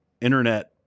internet